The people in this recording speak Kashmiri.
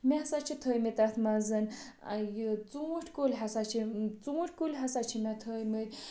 مےٚ ہَسا چھِ تھٲومٕتۍ تَتھ منٛز یہِ ژوٗنٛٛٹھۍ کُلۍ ہَسا چھِم ژوٗنٛٛٹھۍ کُلۍ ہَسا چھِ مےٚ تھٲومٕتۍ